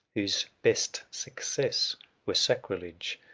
whose best success were sacrilege.